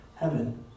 heaven